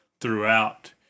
throughout